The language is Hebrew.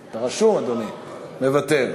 מוותר.